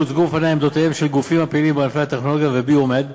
והוצגו בפניה עמדותיהם של גופים הפעילים בענפי הטכנולוגיה והביו-מד.